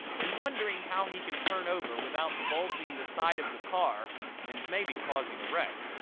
and wondering how he can turn over without bulging the side of the car and maybe causing a wreck.